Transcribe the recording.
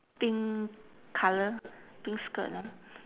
pink colour pink skirt ah